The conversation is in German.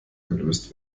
gelöst